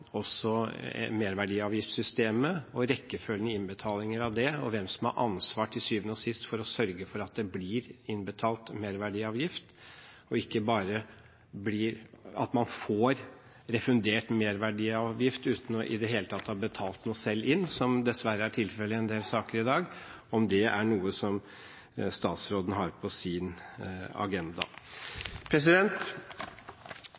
og rekkefølgen i innbetalinger av den, og på hvem som til syvende og sist har ansvar for å sørge for at det blir innbetalt merverdiavgift, slik at man ikke får refundert merverdiavgift uten i det hele tatt å ha betalt inn noe selv, noe som dessverre er tilfellet i en del saker i dag. Er dette noe som statsråden har på sin agenda?